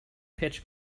pitch